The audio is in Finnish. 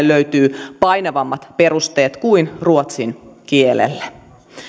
löytyy painavammat perusteet kuin ruotsin kielelle